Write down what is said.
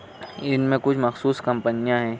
ان میں کچھ مخصوص کمپنیاں ہیں